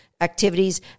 activities